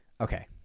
Okay